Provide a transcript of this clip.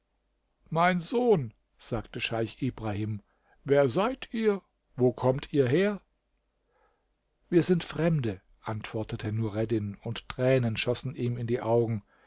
mein sohn sagte scheich ibrahim wer seid ihr wo kommt ihr her wir sind fremde antwortete nureddin und tränen schossen ihm in die augen